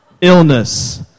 illness